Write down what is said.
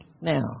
Now